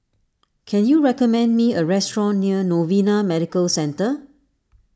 can you recommend me a restaurant near Novena Medical Centre